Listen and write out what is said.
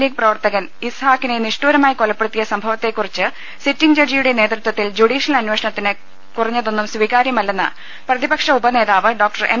ദർവ്വെടെ ദ താനൂരിലെ മുസ്ലിംലീഗ് പ്രവർത്തകൻ ഇസ്ഹാഖിനെ നിഷ്ഠൂരമായി കൊലപ്പെടുത്തിയ സംഭവത്തെക്കുറിച്ച് സിറ്റിംഗ് ജഡ്ജിയുടെ നേതൃത്വത്തി ൽ ജുഡീഷ്യൽ അന്വേഷണത്തിൽ കുറഞ്ഞതൊന്നും സ്വീകാര്യമല്ലെന്ന് പ്ര ട തിപക്ഷ ഉപനേതാവ് ഡോക്ടർ എം